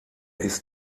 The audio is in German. ist